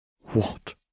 What